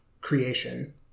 creation